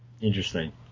Interesting